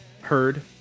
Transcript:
heard